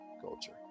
Culture